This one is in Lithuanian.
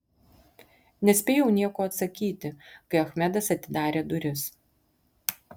nespėjau nieko atsakyti kai achmedas atidarė duris